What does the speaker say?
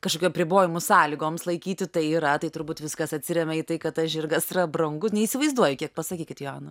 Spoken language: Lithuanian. kažkokių apribojimų sąlygoms laikyti tai yra tai turbūt viskas atsiremia į tai kad tas žirgas yra brangu neįsivaizduoju kiek pasakykit joana